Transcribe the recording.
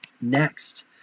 Next